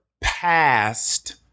past